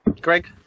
Greg